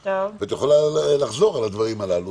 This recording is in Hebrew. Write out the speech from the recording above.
את יכולה לחזור על הדברים הללו